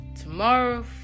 tomorrow